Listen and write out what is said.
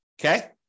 okay